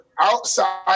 outside